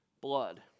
blood